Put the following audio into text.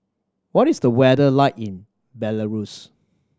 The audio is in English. what is the weather like in Belarus